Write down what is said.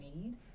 need